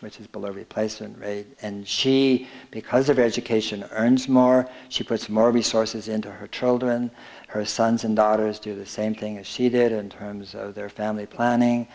which is below replacement rate and she because of education earns more she puts more resources into her children her sons and daughters do the same thing as she did in terms of their family planning